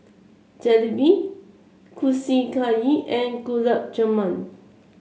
Jalebi Kushiyaki and Gulab Jamun